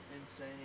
insane